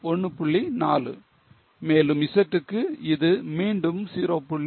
4 மேலும் Z க்கு இது மீண்டும் 0